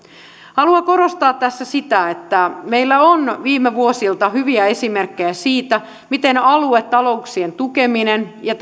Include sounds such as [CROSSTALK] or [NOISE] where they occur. haluan korostaa tässä sitä että meillä on viime vuosilta hyviä esimerkkejä siitä miten aluetalouksien tukeminen ja [UNINTELLIGIBLE]